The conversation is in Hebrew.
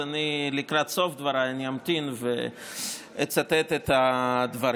אז לקראת סוף דבריי אני אמתין ואצטט את הדברים.